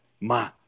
ma